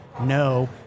no